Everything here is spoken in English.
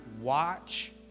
watch